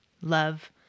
love